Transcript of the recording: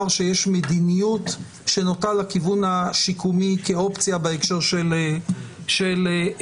שיש מדיניות שנוטה לכיוון השיקומי כאופציה בהקשר של קנאביס.